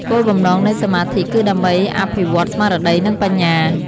គោលបំណងនៃសមាធិគឺដើម្បីអភិវឌ្ឍស្មារតី និងបញ្ញា។